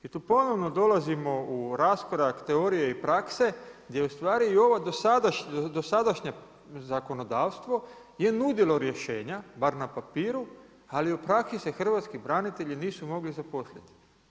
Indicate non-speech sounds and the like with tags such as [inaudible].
I tu ponovno dolazimo u raskorak teorije i prakse, gdje u stvari i ovo dosadašnje zakonodavstvo je nudila rješenja, bar na papiru, ali … [unintelligible] hrvatski branitelji nisu mogli zaposliti.